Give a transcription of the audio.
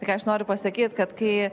tai ką aš noriu pasakyt kad kai